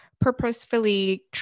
purposefully